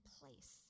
place